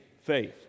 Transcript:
Faith